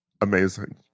amazing